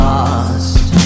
Lost